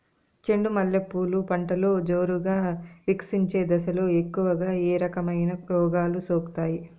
చెండు మల్లె పూలు పంటలో జోరుగా వికసించే దశలో ఎక్కువగా ఏ రకమైన రోగాలు సోకుతాయి?